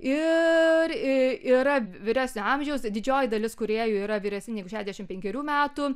ir yra vyresnio amžiaus didžioji dalis kūrėjų yra vyresni negu šešiasdešimt penkerių metų